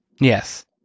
Yes